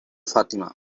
fatima